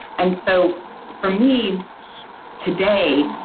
and so for me today,